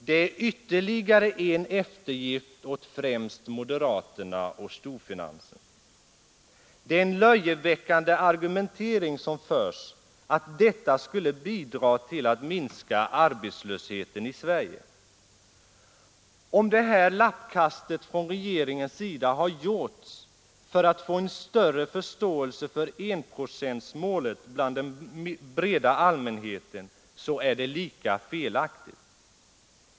Det är ytterligare en eftergift åt främst moderaterna och storfinansen. Det är en löjeväckande argumentering som förs, att detta skulle bidra till att minska arbetslösheten i Sverige. Om detta lappkast från regeringens sida har gjorts för att skapa större förståelse för enprocentsmålet bland den breda allmänheten, så är det lika felaktigt.